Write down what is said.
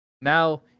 now